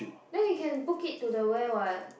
then they can book it to the where what